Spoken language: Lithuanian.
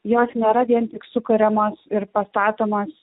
jos nėra vien tik sukuriamos ir pastatomas